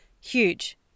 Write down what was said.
huge